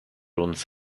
uns